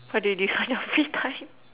what do you do on your free time